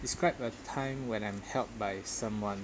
describe a time when I'm helped by someone